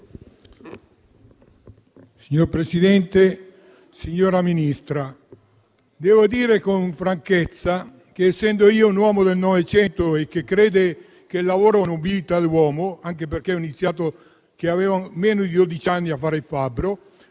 Signor Presidente, signora Ministra, devo dire con franchezza che, essendo io un uomo del Novecento che crede che il lavoro nobilita l'uomo, anche perché ho iniziato a fare il fabbro